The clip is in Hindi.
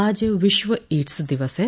आज विश्व एड्स दिवस है